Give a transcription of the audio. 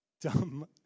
dumb